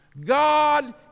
God